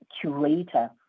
curator